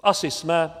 Asi jsme.